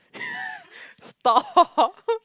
stop